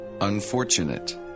Unfortunate